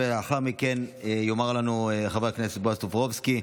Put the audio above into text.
ואחר כך יאמר לנו חבר הכנסת בועז טופורובסקי,